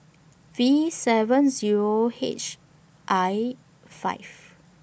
V seven Zero H I five